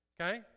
okay